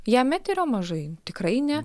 jam eterio mažai tikrai ne